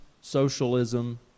socialism